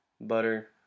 butter